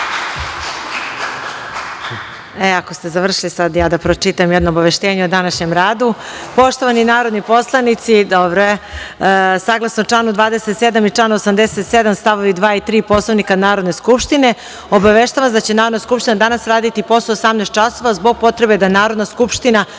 što nastavimo sa daljim radom, jedno obaveštenje o današnjem radu. Poštovani narodni poslanici, saglasno članu 27. i članu 87. stavovi 2. i 3. Poslovnika Narodne skupštine, obaveštavam vas da će Narodna skupština danas raditi i posle 18,00 časova, zbog potrebe da Narodna skupština,